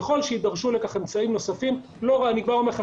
ככל שיידרשו לכך אמצעים נוספים אני כבר אומר לכם,